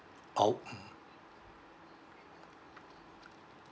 ah o~ mm